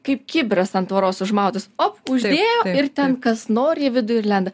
kaip kibiras ant tvoros užmautas op uždėjo ir ten kas nori į vidų ir lenda